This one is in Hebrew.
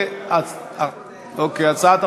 התשע"ה 2014,